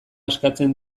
eskatzen